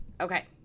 Okay